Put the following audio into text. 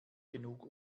genug